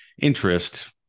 interest